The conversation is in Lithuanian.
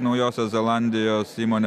naujosios zelandijos įmonė